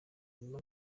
barimo